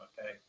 okay